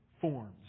forms